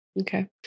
Okay